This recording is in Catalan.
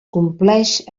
compleix